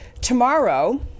Tomorrow